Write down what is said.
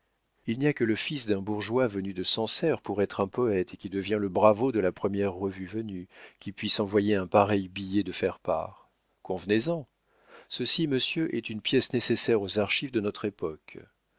il n'y a que le fils d'un bourgeois venu de sancerre pour être un poète et qui devient le bravo de la première revue venue qui puisse envoyer un pareil billet de faire part convenez-en ceci monsieur est une pièce nécessaire aux archives de notre époque